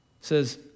says